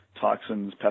toxins